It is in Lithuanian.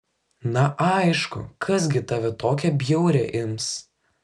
na aišku kas gi tave tokią bjaurią ims